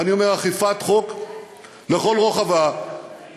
ואני אומר: אכיפת חוק לכל רוחב השדרה.